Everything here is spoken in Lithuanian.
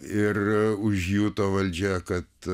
ir užjuto valdžia kad